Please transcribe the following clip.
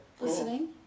listening